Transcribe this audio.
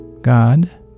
God